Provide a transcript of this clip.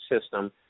system